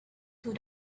two